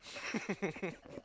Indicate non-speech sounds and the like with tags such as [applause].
[laughs]